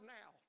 now